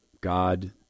God